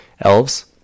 elves